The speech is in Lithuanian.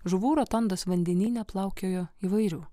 žuvų rotondos vandenyne plaukiojo įvairių